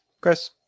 Chris